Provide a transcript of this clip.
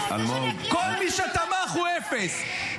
כל מי שתמך הוא אפס,